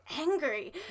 angry